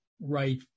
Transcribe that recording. right